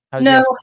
no